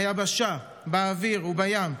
ביבשה, באוויר ובים.